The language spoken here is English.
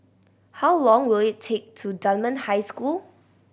how long will it take to Dunman High School